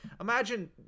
Imagine